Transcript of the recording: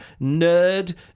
nerd